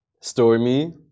Stormy